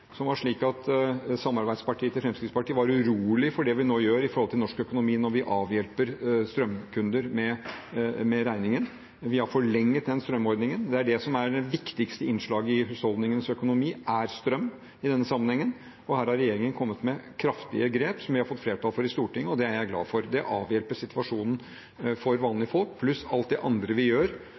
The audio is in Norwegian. som var slik at samarbeidspartiet til Fremskrittspartiet var urolig for det vi nå gjør i forhold til norsk økonomi når vi avhjelper strømkunder med regningen. Vi har forlenget den strømordningen. Det viktigste innslaget i husholdningenes økonomi er strøm, i denne sammenhengen, og her har regjeringen kommet med kraftige grep som vi har fått flertall for i Stortinget, og det er jeg glad for. Det avhjelper situasjonen for vanlige folk – pluss alt det andre vi gjør